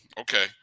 okay